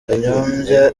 kanyombya